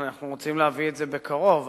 אנחנו רוצים להביא את זה בקרוב.